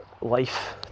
life